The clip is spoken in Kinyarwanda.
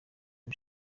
iri